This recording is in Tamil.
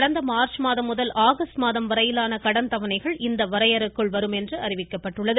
கடந்த மார்ச் மாதம் முதல் ஆகஸ்ட் மாதம் வரையிலான கடன் தவனைகள் வரையறைக்குள் என்று அறிவிக்கப்பட்டுள்ளது